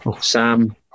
Sam